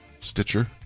Stitcher